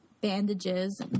bandages